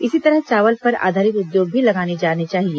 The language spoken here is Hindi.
इसी तरह चावल पर आधारित उद्योग भी लगाए जाने चाहिए